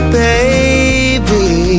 baby